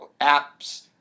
apps